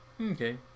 Okay